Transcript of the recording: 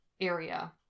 area